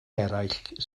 eraill